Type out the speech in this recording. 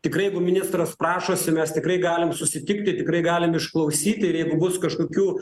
tikrai jeigu ministras prašosi mes tikrai galim susitikti tikrai galim išklausyti ir jeigu bus kažkokių